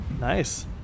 Nice